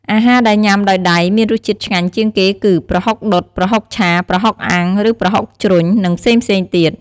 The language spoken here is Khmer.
អាហារដែលញ៉ាំដោយដៃមានរសជាតិឆ្ងាញ់ជាងគេគឺ ប្រហុកដុត ប្រហុកឆា ប្រហុកអាំង ឬប្រហុកជ្រុញ និងផ្សេងៗទៀត។